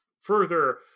further